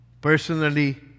personally